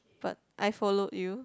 but I follow you